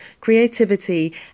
creativity